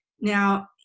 Now